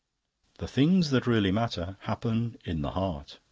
the things that really matter happen in the heart.